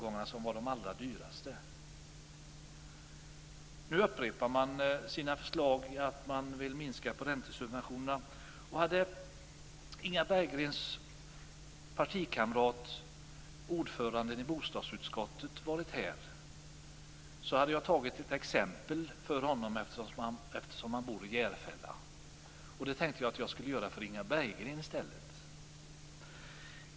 Nu upprepar man sina förslag om minskade räntesubventioner. Hade Inga Berggrens partikamrat, ordföranden i bostadsutskottet, varit här hade jag gett honom ett exempel eftersom han bor i Järfälla. I stället gör jag det för Inga Berggren.